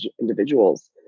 individuals